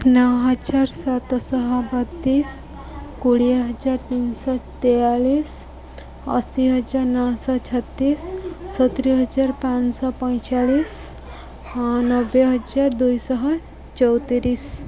ନଅ ହଜାର ସାତଶହ ବତିଶ କୋଡ଼ିଏ ହଜାର ତିନିଶହ ତେୟାଳିଶ ଅଶୀ ହଜାର ନଅଶହ ଛତିଶ ସତୁରରି ହଜାର ପାଞ୍ଚଶହ ପଇଁଚାଳିଶ ହଁ ନବେ ହଜାର ଦୁଇଶହ ଚଉତିରିଶ